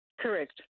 Correct